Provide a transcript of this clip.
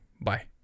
bye